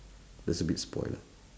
that's a bit spoilt lah